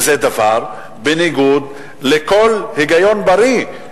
זה דבר שהוא בניגוד לכל היגיון בריא,